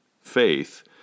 faith